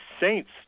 saints